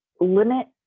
Limit